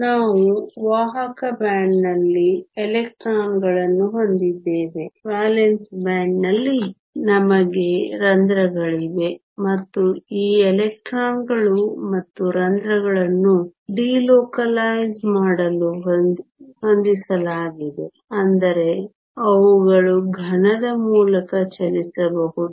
ನಾವು ವಾಹಕ ಬ್ಯಾಂಡ್ನಲ್ಲಿ ಎಲೆಕ್ಟ್ರಾನ್ಗಳನ್ನು ಹೊಂದಿದ್ದೇವೆ ವೇಲೆನ್ಸ್ ಬ್ಯಾಂಡ್ನಲ್ಲಿ ನಮಗೆ ರಂಧ್ರಗಳಿವೆ ಮತ್ತು ಈ ಎಲೆಕ್ಟ್ರಾನ್ಗಳು ಮತ್ತು ರಂಧ್ರಗಳನ್ನು ಡಿಲೋಕಲೈಸ್ ಮಾಡಲು ಹೊಂದಿಸಲಾಗಿದೆ ಅಂದರೆ ಅವುಗಳು ಘನದ ಮೂಲಕ ಚಲಿಸಬಹುದು